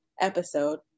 episode